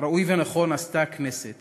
ראוי ונכון עשתה הכנסת